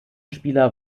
spieler